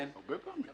הייתי שם הרבה פעמים,